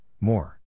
more